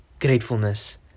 gratefulness